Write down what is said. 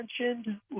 mentioned